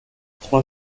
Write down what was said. trois